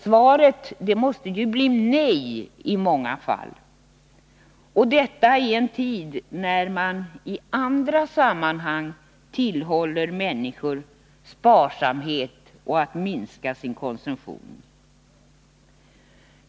Svaret måste bli nej i många fall — och detta i en tid när man i andra sammanhang tillhåller människor sparsamhet och att minska sin konsumtion.